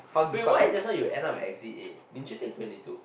wait why just now you end up in exit A did you take twenty two